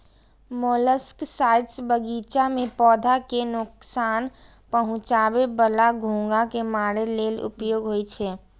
molluscicides बगीचा मे पौधा कें नोकसान पहुंचाबै बला घोंघा कें मारै लेल उपयोग होइ छै